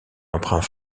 emprunt